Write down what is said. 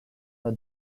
dans